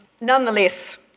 Nonetheless